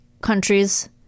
countries